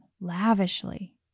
lavishly